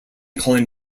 calling